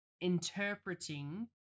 interpreting